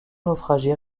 naufragés